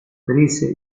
prese